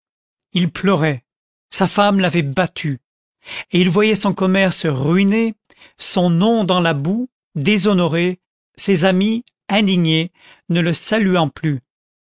il pleurait sa femme l'avait battu et il voyait son commerce ruiné son nom dans la boue déshonoré ses amis indignés ne le saluant plus